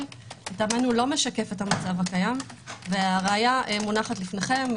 לטעמנו לא משקף את המצב הקיים והראיה מונחת לפניכם.